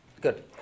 good